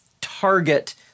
target